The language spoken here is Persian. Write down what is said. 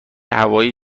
هوای